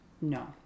No